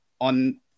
on